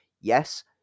Yes